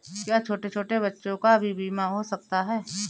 क्या छोटे छोटे बच्चों का भी बीमा हो सकता है?